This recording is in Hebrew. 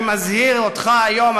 אני מזהיר אותך היום,